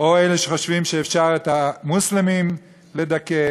או אלה שחושבים שאפשר את המוסלמים לדכא.